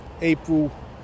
April